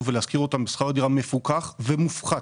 ולהשכיר אותם בשכר דירה מפוקח ומופחת.